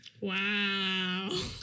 Wow